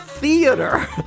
theater